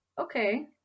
okay